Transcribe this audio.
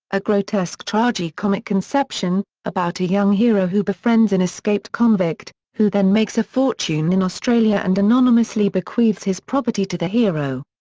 a grotesque tragi-comic conception, about a young hero who befriends an escaped convict, who then makes a fortune in australia and anonymously bequeaths his property to the hero.